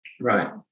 Right